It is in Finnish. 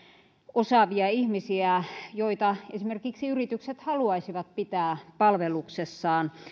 osaavia ihmisiä joita esimerkiksi yritykset haluaisivat pitää palveluksessaan